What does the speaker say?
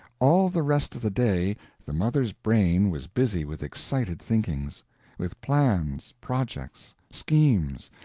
all the rest of the day the mother's brain was busy with excited thinkings with plans, projects, schemes,